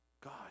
God